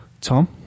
Tom